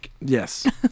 Yes